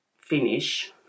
finish